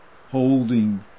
holding